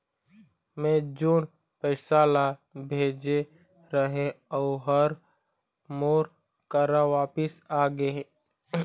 मै जोन पैसा ला भेजे रहें, ऊ हर मोर करा वापिस आ गे हे